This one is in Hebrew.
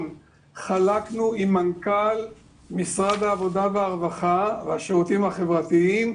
חלקנו עם מנכ"ל משרד העבודה והרווחה והשירותים החברתיים,